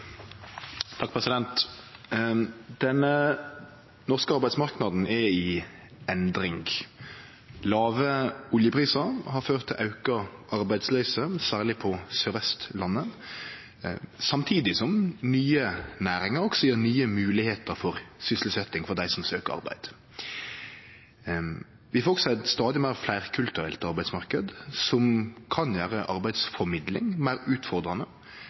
samtidig som nye næringar også gjev nye moglegheiter for sysselsetjing for dei som søkjer arbeid. Vi får også ein stadig meir fleirkulturell arbeidsmarknad, noko som kan gjere arbeidsformidling meir utfordrande,